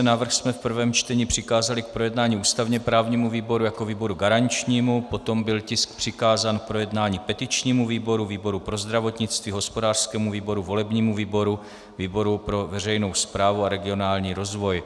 Návrh jsme v prvém čtení přikázali k projednání ústavněprávnímu výboru jako výboru garančnímu, potom byl tisk přikázán k projednání petičnímu výboru, výboru pro zdravotnictví, hospodářskému výboru, volebnímu výboru, výboru pro veřejnou správu a regionální rozvoj.